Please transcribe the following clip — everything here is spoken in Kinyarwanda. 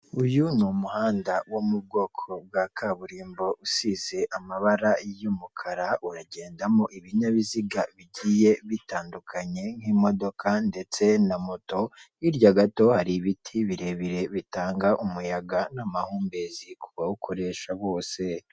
Uyu ni umuhanda wo mu bwoko bwa kaburimbo, usize amabara y'umukara, uragendamo ibinyabiziga bigiye bitandukanye nk'imodoka ndetse na moto, hirya gato hari ibiti birebire bitanga umuyaga n'amahumbezi ku bawukoresha bose.